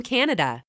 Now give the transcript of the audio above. Canada